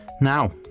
Now